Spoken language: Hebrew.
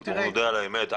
אבל בואו נודה על האמת,